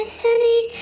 sunny